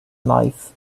life